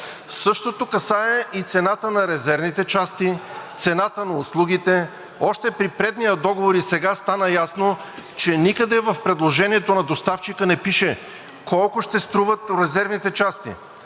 Същото касае и цената на резервните части, цената на услугите. Още при предния договор и сега стана ясно, че никъде в предложението на доставчика не пише колко ще струват резервните части,